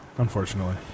Unfortunately